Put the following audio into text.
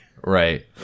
Right